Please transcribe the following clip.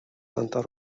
santa